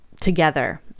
together